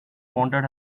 wanted